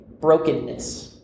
brokenness